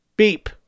beep